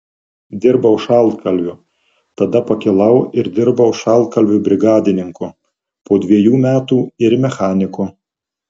dirbau šaltkalviu tada pakilau ir dirbau šaltkalviu brigadininku po dviejų metų ir mechaniku